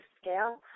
Scale